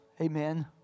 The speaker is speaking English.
amen